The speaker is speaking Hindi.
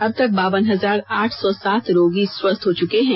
अब तक बावन हजार आठ सौ सात रोगी स्वस्थ हो चुके हैं